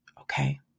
Okay